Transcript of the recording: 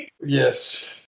Yes